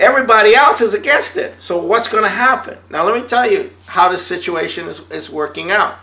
everybody else is against it so what's going to happen now let me tell you how the situation is is working out